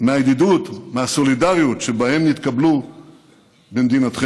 מהידידות ומהסולידריות שבהן נתקבלו במדינתכם.